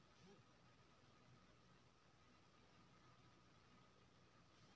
daffodil केर गाछ केँ एक संगे दसटा रोपल जाइ छै झुण्ड मे